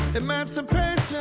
emancipation